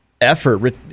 effort